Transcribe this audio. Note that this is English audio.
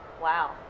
Wow